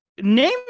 Name